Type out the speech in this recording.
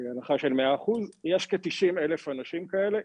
הנחה של 100%, יש כ-90,000 אנשים כאלה,